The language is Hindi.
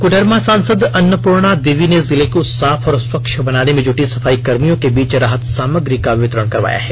कोडरमा सांसद अन्नपूर्णा देवी ने जिले को साफ और स्वच्छ बनाने में जुटे सफाई कर्भियों के बीच राहत सामग्री का वितरण करवाया है